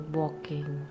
walking